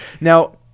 Now